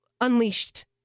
unleashed